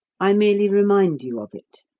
i merely remind you of it.